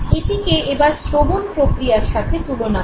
এটিকে এবার শ্রবণ প্রক্রিয়ার সাথে তুলনা করুন